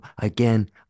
again